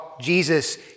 Jesus